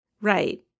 right